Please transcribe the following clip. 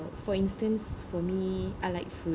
for instance for me I like food